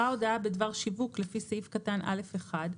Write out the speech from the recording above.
הודעה בדבר שיווק לפי סעיף קטון (א1),